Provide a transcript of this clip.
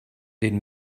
den